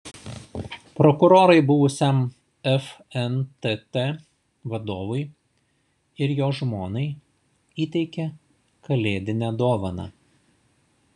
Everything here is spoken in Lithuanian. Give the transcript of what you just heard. prokurorai buvusiam fntt vadovui ir jo žmonai įteikė kalėdinę dovaną